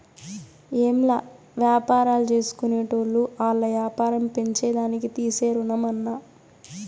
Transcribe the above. ఏంలా, వ్యాపారాల్జేసుకునేటోళ్లు ఆల్ల యాపారం పెంచేదానికి తీసే రుణమన్నా